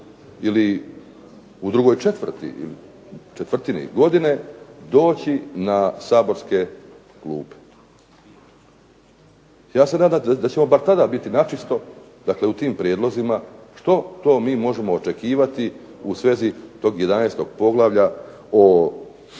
ili četvrtini godine doći na saborske klupe. Ja se nadam da ćemo bar tada biti načisto, dakle u tim prijedlozima što to mi možemo očekivati u svezi tog 11. poglavlja o potpori